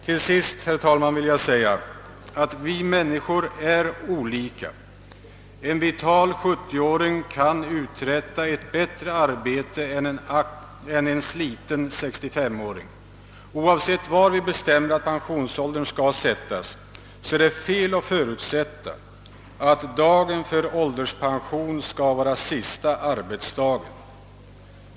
Till sist, herr talman: Vi människor är olika. En vital 70-åring kan uträtta ett bättre arbete än en sliten 65-åring. Oavsett var vi bestämmer att pensionsåldern skall sättas är det fel att utgå från att dagen för ålderspensionering skall vara sista arbetsdagen.